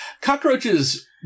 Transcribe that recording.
Cockroaches